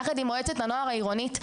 יחד עם מועצת הנוער העירונית.